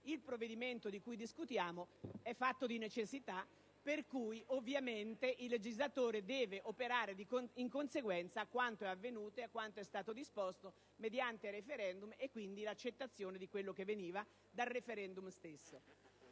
il provvedimento di cui discutiamo, è fatto di necessità, per cui, ovviamente, il legislatore deve operare in conseguenza a quanto è avvenuto ed è stato disposto mediante *referendum*, con l'accettazione di quello che veniva dal *referendum* stesso.